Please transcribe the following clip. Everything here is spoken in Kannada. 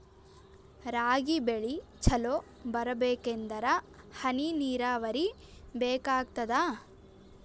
ರಾಗಿ ಬೆಳಿ ಚಲೋ ಬರಬೇಕಂದರ ಹನಿ ನೀರಾವರಿ ಬೇಕಾಗತದ?